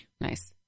Nice